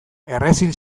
errezil